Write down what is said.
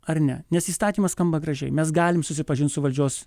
ar ne nes įstatymas skamba gražiai mes galim susipažint su valdžios